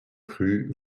crus